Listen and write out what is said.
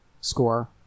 score